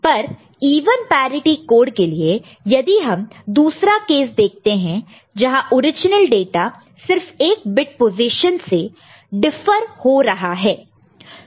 पर even parity code के लिए यदि हम दूसरा केस देखते हैं जहां ओरिजिनल डाटा सिर्फ एक बिट पोजीशन से डिफर हो रहा है